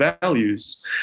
values